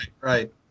Right